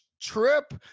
trip